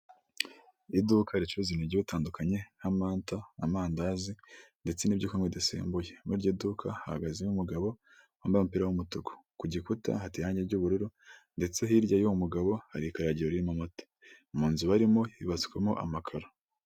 Iduka ricuruza imijyi bitandukanye nk'amanta amandazi ndetse n'ibyokunywa bidasembuye, muri iryo duka hahagazemo umugabo wambaye umupira w'umutuku, ku gikuta hateye irange ry'ubururu ndetse hirya y'uyu mugabo hari ikaragiro ririmo amata mu nzu barimo hubatswemo amakaro.